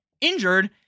injured